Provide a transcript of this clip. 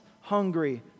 hungry